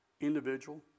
individual